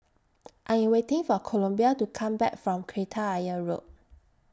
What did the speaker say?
I Am waiting For Columbia to Come Back from Kreta Ayer Road